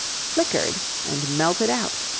flickered and melted out.